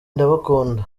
ndabakunda